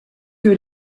que